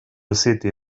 city